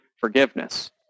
forgiveness